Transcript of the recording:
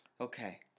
Okay